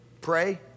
Pray